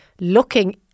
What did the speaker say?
looking